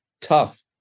tough